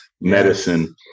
medicine